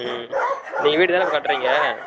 ம் நீங்கள் வீடு தான இப்போ கட்டுறீங்க